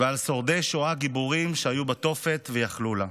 ועל שורדי שואה גיבורים שהיו בתופת ויכלו לה.